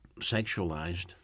sexualized